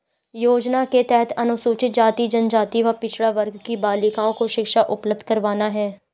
योजना के तहत अनुसूचित जाति, जनजाति व पिछड़ा वर्ग की बालिकाओं को शिक्षा उपलब्ध करवाना है